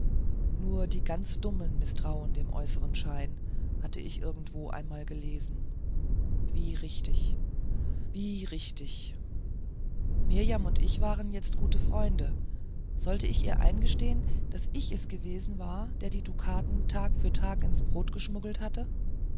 nur der ganz dumme mißtraut dem äußern schein hatte ich irgendwo einmal gelesen wie richtig wie richtig mirjam und ich waren jetzt gute freunde sollte ich ihr eingestehen daß ich es gewesen war der die dukaten tag für tag ins brot geschmuggelt hatte